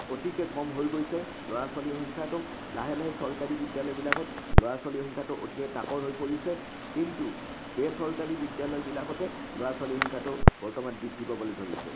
অতিকৈ কম হৈ গৈছে ল'ৰা ছোৱালীৰ সংখ্যাটো লাহে লাহে চৰকাৰী বিদ্যালয়বিলাকত ল'ৰা ছোৱালীৰ সংখ্যাটো অতিকৈ তাকৰ হৈ পৰিছে কিন্তু বেচৰকাৰী বিদ্যালয়বিলাকতে ল'ৰা ছোৱালী সংখ্যাটো বৰ্তমান বৃদ্ধি পাবলৈ ধৰিছে